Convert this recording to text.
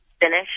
finish